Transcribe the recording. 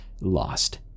lost